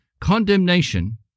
condemnation